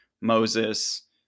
Moses